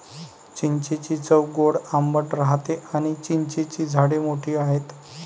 चिंचेची चव गोड आंबट राहते आणी चिंचेची झाडे मोठी आहेत